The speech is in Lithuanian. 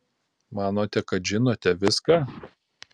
manote kad žinote viską